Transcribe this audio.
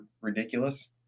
ridiculous